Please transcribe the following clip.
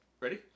Ready